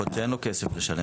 יכול להיות שאין לו כסף לשלם.